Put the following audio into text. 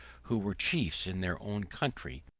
who were chiefs in their own country,